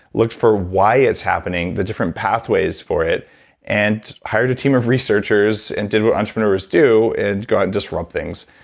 looked for why it's happening, the different pathways for it and hired a team of researchers and did what entrepreneurs do and go out and disrupt things.